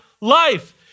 life